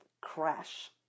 Crash